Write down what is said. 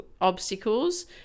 obstacles